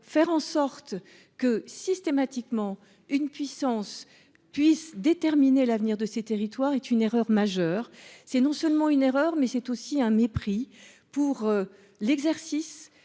faire en sorte que systématiquement une puissance puisse déterminer l'avenir de ces territoires est une erreur majeure, c'est non seulement une erreur mais c'est aussi un mépris pour l'exercice